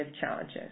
challenges